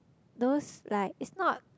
those like it's not